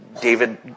David